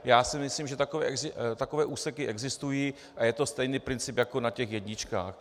Já si myslím, že takové úseky existují, a je to stejný princip jako na těch jedničkách.